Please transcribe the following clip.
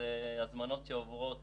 אלה הזמנות שעוברות